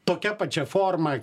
tokia pačia forma